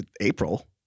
April